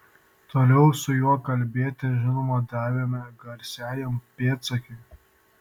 toliau su juo kalbėti žinoma davėme garsiajam pėdsekiui